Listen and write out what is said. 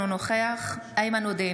אינו נוכח איימן עודה,